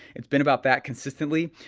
it's been bout that consistently.